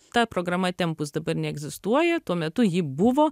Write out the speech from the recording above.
ta programa tempus dabar neegzistuoja tuo metu ji buvo